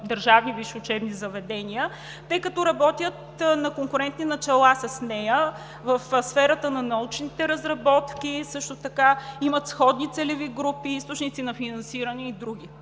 държавни висши учебни заведения, тъй като работят на конкурентни начала с нея в сферата на научните разработки, също така имат сходни целеви групи, източници на финансиране и други.